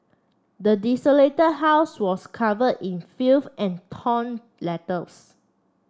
the desolated house was cover in filth and torn letters